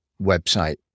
website